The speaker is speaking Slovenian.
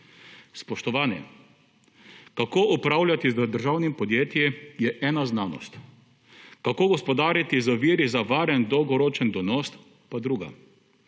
Spoštovani! Kako upravljati z državnimi podjetji je ena znanost. Kako gospodariti z viri za varen dolgoročen donos pa druga.